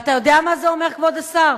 ואתה יודע מה זה אומר, כבוד השר?